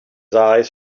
eyes